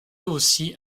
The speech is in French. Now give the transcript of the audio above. aussi